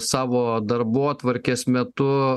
savo darbotvarkės metu